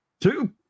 two